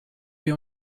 wir